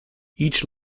each